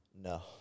No